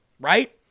right